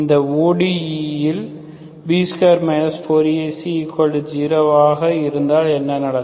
இந்த ODE இல் B2 4AC0 இருந்தால் என்ன நடக்கும்